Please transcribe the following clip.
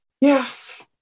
Yes